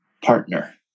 partner